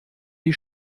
die